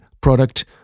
product